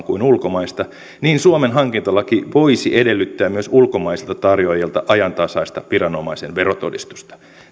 kuin ulkomaista niin suomen hankintalaki voisi edellyttää myös ulkomaisilta tarjoajilta ajantasaista viranomaisen verotodistusta